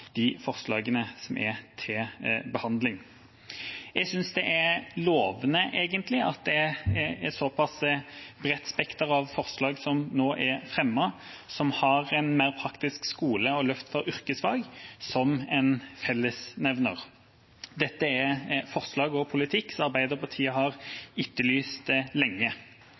de forslagene som er til behandling. Jeg synes det er lovende at det er et såpass bredt spekter av forslag som nå er fremmet som har en mer praktisk skole og et løft for yrkesfag som en fellesnevner. Dette er forslag og politikk som Arbeiderpartiet har etterlyst lenge. For lenge